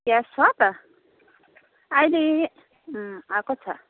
प्याज छ त अहिले अँ आएको छ